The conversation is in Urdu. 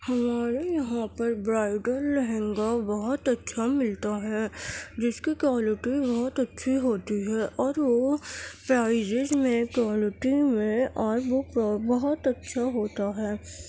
ہمارے یہاں پر برائڈل لہنگا بہت اچھا ملتا ہے جس کی کوالٹی بہت اچھی ہوتی ہے اور وہ پرائزیز میں کوالٹی میں بہت اچھا ہوتا ہے